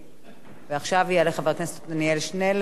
עכשיו יעלה חבר הכנסת עתניאל שנלר